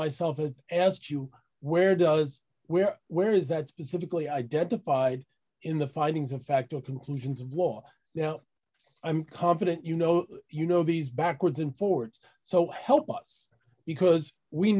myself and asked you where does where where is that specifically identified in the findings of fact or conclusions of law now i'm confident you know you know these backwards and forwards so help us because we